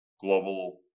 global